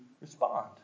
respond